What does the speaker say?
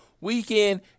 Weekend